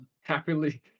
happily